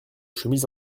chemises